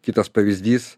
kitas pavyzdys